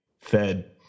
fed